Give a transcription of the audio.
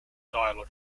dialogue